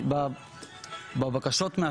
בבקשות,